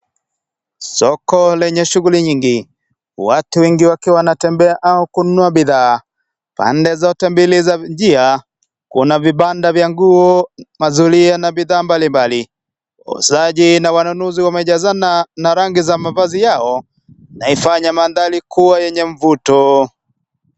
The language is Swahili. Soko lenye shughuli nyingi. Watu wengi wakiwa wanatembea au kununua bidhaa. Pande zote mbili za njia, kuna vibanda vya nguo, mazulia na bidhaa mbali mbali. Wauzaji na wanunuzi wamejazana na rangi ya mavazi yao, inafanya mandhari kuwa yenye mvuto.